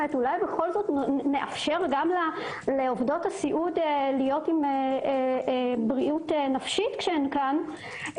אולי נאפשר גם לעובדות הסיעוד להיות עם בריאות נפשית כשהן כאן,